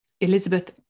Elizabeth